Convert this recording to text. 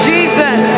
Jesus